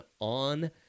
on